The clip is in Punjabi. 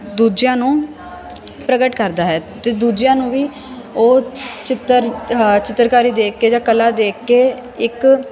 ਦੂਜਿਆਂ ਨੂੰ ਪ੍ਰਗਟ ਕਰਦਾ ਹੈ ਅਤੇ ਦੂਜਿਆਂ ਨੂੰ ਵੀ ਉਹ ਚਿੱਤਰ ਚਿੱਤਰਕਾਰੀ ਦੇਖ ਕੇ ਜਾਂ ਕਲਾ ਦੇਖ ਕੇ ਇੱਕ